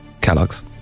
Kellogg's